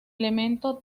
elemento